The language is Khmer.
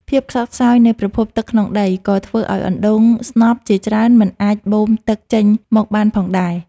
ភាពខ្សត់ខ្សោយនៃប្រភពទឹកក្នុងដី ក៏ធ្វើឱ្យអណ្ដូងស្នប់ជាច្រើនមិនអាចបូមទឹកចេញមកបានផងដែរ។